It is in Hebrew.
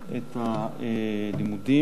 את הלימודים,